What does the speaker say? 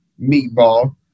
meatball